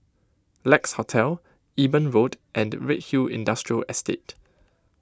Lex Hotel Eben Road and Redhill Industrial Estate